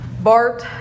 Bart